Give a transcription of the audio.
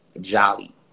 jolly